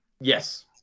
yes